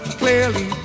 clearly